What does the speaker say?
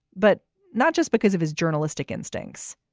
but not just because of his journalistic instincts.